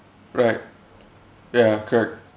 right ya correct